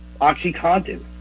OxyContin